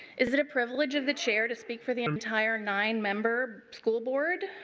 is it a privilege of the chair to speak for the entire nine-member school board?